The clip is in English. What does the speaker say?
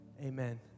Amen